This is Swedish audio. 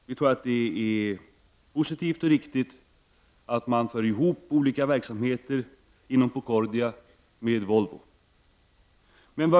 Vi tror att det är positivt och riktigt att olika verksamheter inom Procordia förs ihop med Volvo.